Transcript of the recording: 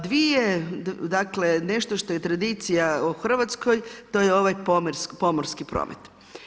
Dvije, dakle nešto što je tradicija u Hrvatskoj to je ovaj pomorski promet.